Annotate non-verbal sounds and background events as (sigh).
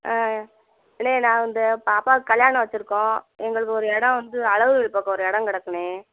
ஆ இல்லைங்க நான் வந்து பாப்பாவுக்கு கல்யாணம் வெச்சிருக்கோம் எங்களுக்கு ஒரு எடம் வந்து (unintelligible) பக்கம் ஒரு எடம் கிடக்குண்ணே